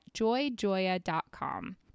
joyjoya.com